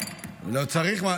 לא צריך?